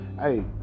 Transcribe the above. hey